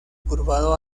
curvado